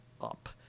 up